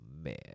man